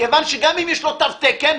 כיוון שגם אם יש לו תו תקן,